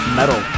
metal